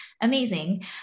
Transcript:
amazing